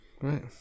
right